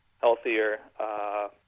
healthier